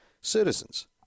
Citizens